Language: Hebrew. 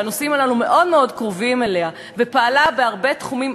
שהנושאים הללו מאוד מאוד קרובים אליה ופעלה בהרבה תחומים,